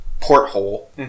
porthole